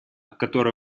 которую